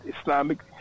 Islamic